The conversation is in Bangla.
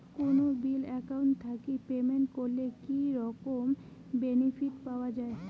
কোনো বিল একাউন্ট থাকি পেমেন্ট করলে কি রকম বেনিফিট পাওয়া য়ায়?